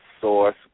Source